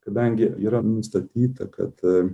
kadangi yra nustatyta kad